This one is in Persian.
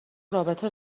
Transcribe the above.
رابطه